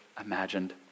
imagined